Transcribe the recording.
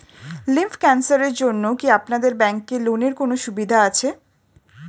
Lymph ক্যানসারের জন্য কি আপনাদের ব্যঙ্কে লোনের কোনও সুবিধা আছে?